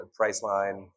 Priceline